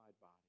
body